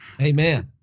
amen